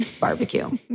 barbecue